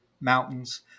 mountains